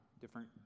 different